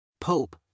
Pope